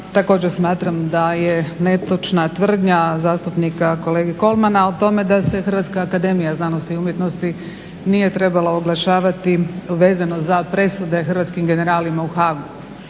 također smatram da je netočna tvrdnja zastupnika kolege Kolmana o tome da se HAZU nije trebala oglašavati vezano za presude hrvatskim generalima u Haagu.